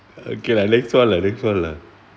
okay lah next one lah next one lah